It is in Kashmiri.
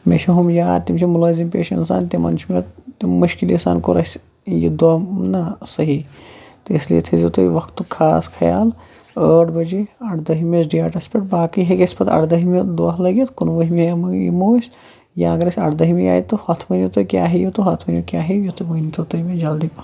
مےٚ چھِ ہُم یار تِم چھِ مُلٲزِم پیش اِنسان تمن چھُ پتہٕ تمۍ مُشکلی سان کوٚر اسہِ یہِ دوہ نہ سہی تہٕ اسلیے تھٲے زیٚو تُہۍ وَقتُک خاص خیال ٲٹھ بجے اردٔہمِس ڈیٹَس پیٚٹھ باقی ہیٚکہ اسہِ پَتہٕ اردٔہمہِ لٔگِتھ کُنوُہمہِ یمو أسۍ یا اگر اسہِ اردٔہمہ آیہ تہٕ ہُتھ ؤنِو تُہۍ کیاہ ہیٚیِو تہٕ ہوٚتھ ؤنِو کیاہ ہیٚیِو یتھ ؤنتو تُہۍ مےٚ جلدی پَہَن